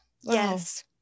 Yes